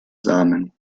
samen